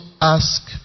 ask